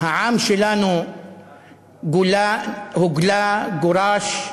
העם שלנו הוגלה, גורש,